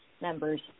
members